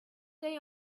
day